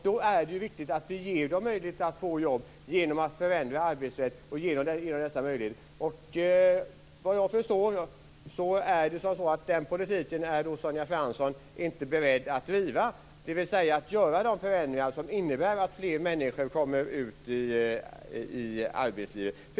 Då är det viktigt att vi ger dem möjlighet att få jobb genom att förändra arbetsrätten och ge dem dessa möjligheter. Vad jag förstår är Sonja Fransson inte beredd att driva den politiken. Hon är inte beredd att göra de förändringar som innebär att fler människor kommer ut i arbetslivet.